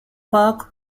park